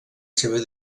seva